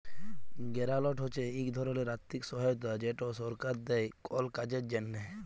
গেরালট হছে ইক ধরলের আথ্থিক সহায়তা যেট সরকার দেই কল কাজের জ্যনহে